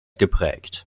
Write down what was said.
geprägt